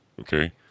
Okay